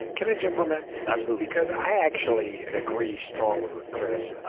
can i jump on that? absolutely. because i actually agree strongly with chris.